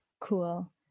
Cool